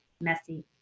messy